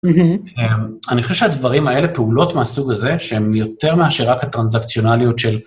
אני חושב שהדברים האלה, פעולות מהסוג הזה, שהם יותר מאשר רק הטרנזקציונליות של...